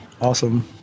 Awesome